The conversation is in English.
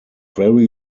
very